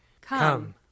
Come